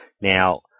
Now